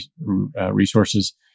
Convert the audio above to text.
resources